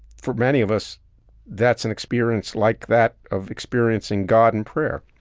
for many of us that's an experience like that of experiencing god in prayer